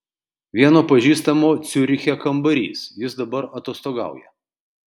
vieno pažįstamo ciuriche kambarys jis dabar atostogauja